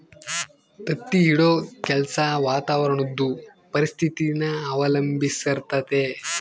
ತತ್ತಿ ಇಡೋ ಕೆಲ್ಸ ವಾತಾವರಣುದ್ ಪರಿಸ್ಥಿತಿನ ಅವಲಂಬಿಸಿರ್ತತೆ